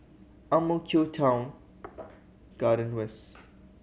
Ang Mo Kio Town Garden West